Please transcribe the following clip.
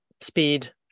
speed